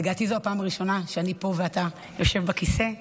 לדעתי זו הפעם הראשונה שאני פה ואתה יושב בכיסא,